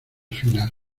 final